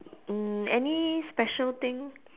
mm any special thing